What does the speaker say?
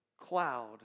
cloud